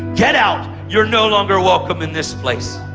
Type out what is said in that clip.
get out. you're no longer welcome in this place.